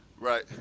Right